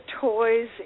toys